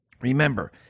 Remember